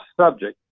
subject